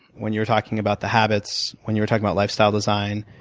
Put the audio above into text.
when you were talking about the habits, when you were talking about lifestyle design.